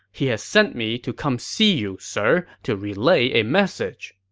he as sent me to come see you, sir, to relay a message.